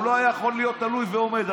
הוא לא יכול להיות תלוי ועומד.